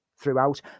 throughout